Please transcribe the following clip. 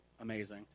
amazing